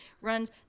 runs